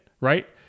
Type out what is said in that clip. right